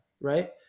Right